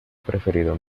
preferido